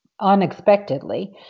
Unexpectedly